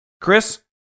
Chris